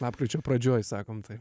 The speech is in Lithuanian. lapkričio pradžioj sakom taip